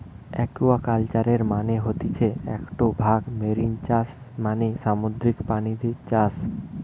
একুয়াকালচারের মানে হতিছে একটো ভাগ মেরিন চাষ মানে সামুদ্রিক প্রাণীদের চাষ